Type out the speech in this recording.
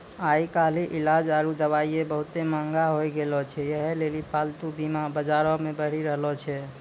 आइ काल्हि इलाज आरु दबाइयै बहुते मंहगा होय गैलो छै यहे लेली पालतू बीमा बजारो मे बढ़ि रहलो छै